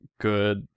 good